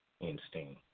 Instinct